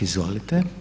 Izvolite.